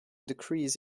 decrease